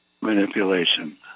manipulation